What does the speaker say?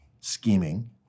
scheming